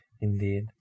indeed